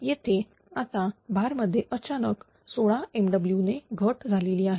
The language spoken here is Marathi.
येथे आता भार मध्ये अचानक 16 MW ने घट झालेली आहे